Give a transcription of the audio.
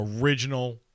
original